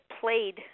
played